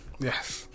Yes